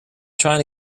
trying